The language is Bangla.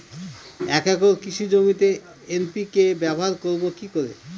এক একর কৃষি জমিতে এন.পি.কে ব্যবহার করব কি করে?